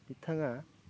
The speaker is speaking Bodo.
बिथाङा